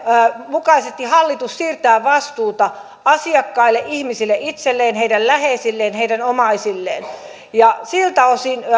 mukaisesti hallitus siirtää vastuuta asiakkaille ihmisille itselleen heidän läheisilleen heidän omaisilleen siltä osin